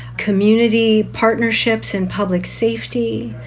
community partnerships and public safety.